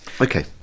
Okay